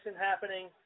happening